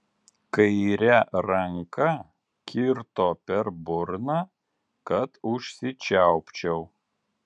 kaire ranka kirto per burną kad užsičiaupčiau